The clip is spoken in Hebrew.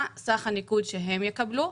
מה סך הניקוד שהם יקבלו?